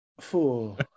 fool